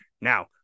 Now